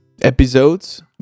episodes